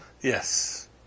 Yes